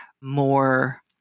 more